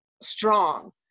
strong